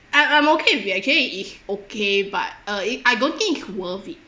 I I'm okay with it actually it's okay but uh it I don't think is worth it